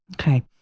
Okay